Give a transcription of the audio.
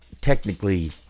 technically